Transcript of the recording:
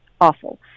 awful